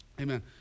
Amen